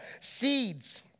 seeds